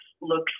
looks